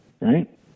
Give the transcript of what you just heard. Right